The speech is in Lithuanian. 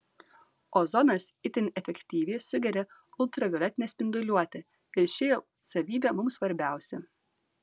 ozonas itin efektyviai sugeria ultravioletinę spinduliuotę ir ši jo savybė mums svarbiausia